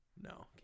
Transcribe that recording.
no